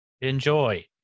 Enjoy